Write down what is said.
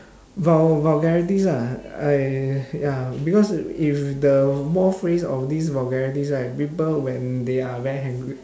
vul~ vulgarities ah I ya because if the more phrase of this vulgarities right people when they are very angry